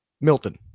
Milton